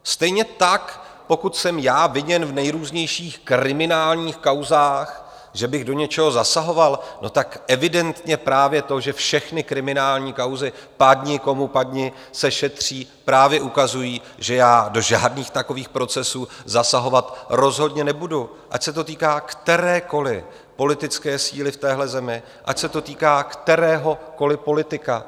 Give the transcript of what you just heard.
Stejně tak pokud jsem já viněn v nejrůznějších kriminálních kauzách, že bych do něčeho zasahoval, tak evidentně právě to, že všechny kriminální kauzy, padni komu padni, se šetří, právě ukazují, že já do žádných takových procesů zasahovat rozhodně nebudu, ať se to týká kterékoliv politické síly v téhle zemi, ať se to týká kteréhokoliv politika.